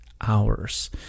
hours